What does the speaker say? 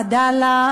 "עדאלה",